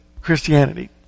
Christianity